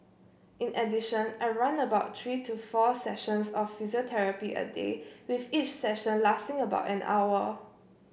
in addition I run about three to four sessions of physiotherapy a day with each session lasting about an hour